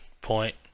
point